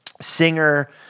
singer